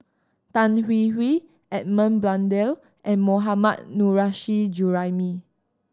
Tan Hwee Hwee Edmund Blundell and Mohammad Nurrasyid Juraimi